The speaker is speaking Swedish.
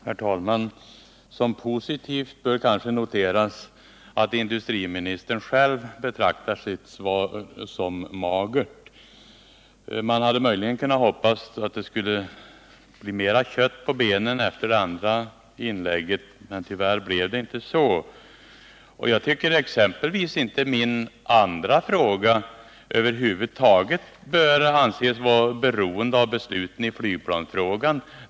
Herr talman! Som positivt bör kanske noteras att industriministern själv betraktar sitt svar som magert. Man hade möjligen kunnat hoppas att det skulle bli mer kött på benen genom det andra inlägget, men tyvärr blev det inte så. Jag tycker exempelvis att min andra fråga inte på något sätt bör anses vara beroende av beslut i flygplansfrågan.